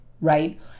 right